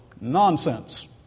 Nonsense